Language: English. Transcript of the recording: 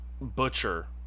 butcher